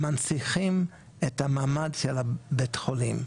שמנציחים את המעמד של בית החולים.